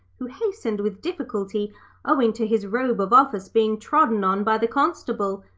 who hastened with difficulty owing to his robe of office being trodden on by the constable,